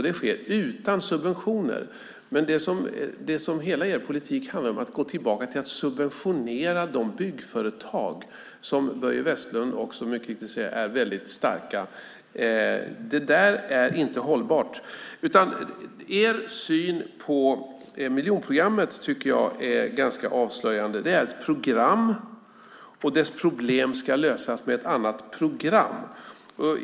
Det sker utan subventioner. Men det som hela er politik handlar om är att gå tillbaka till att subventionera de byggföretag som, vilket Börje Vestlund också mycket riktigt säger, är väldigt starka. Det där är inte hållbart. Er syn på miljonprogrammet är ganska avslöjande. Det är ett program vars problem ska lösas med ett annat program.